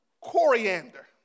coriander